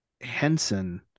Henson